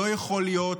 לא יכול להיות